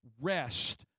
rest